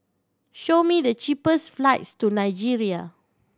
show me the cheapest flights to Nigeria